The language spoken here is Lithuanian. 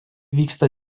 vyksta